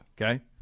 Okay